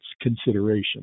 consideration